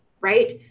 right